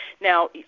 Now